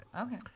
Okay